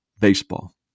baseball